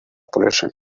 pollution